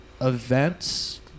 events